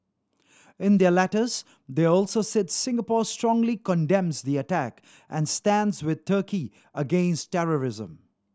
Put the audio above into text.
in their letters they also said Singapore strongly condemns the attack and stands with Turkey against terrorism